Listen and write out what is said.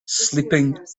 sleeping